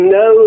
no